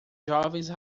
jovens